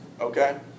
okay